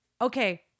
Okay